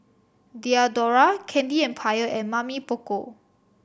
Diadora Candy Empire and Mamy Poko